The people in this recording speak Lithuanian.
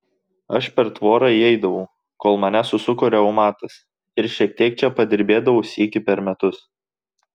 aš per tvorą įeidavau kol mane susuko reumatas ir šiek tiek čia padirbėdavau sykį per metus